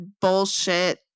bullshit